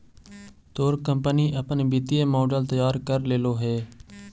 तोर कंपनी अपन वित्तीय मॉडल तैयार कर लेलो हे?